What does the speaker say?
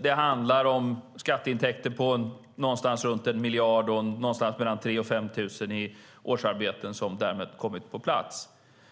Det handlar om skatteintäkter på någonstans runt 1 miljard och någonstans mellan 3 000 och 5 000 årsarbeten som därmed kommit på plats.